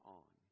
on